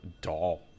doll